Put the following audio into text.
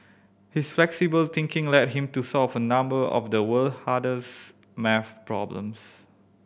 his flexible thinking led him to solve a number of the world hardest maths problems